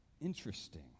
interesting